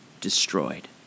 destroyed